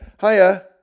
hiya